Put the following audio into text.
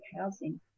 housing